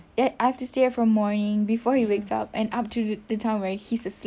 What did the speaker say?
yet I have to stay from morning before he wakes up and up to the time he's asleep